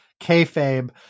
kayfabe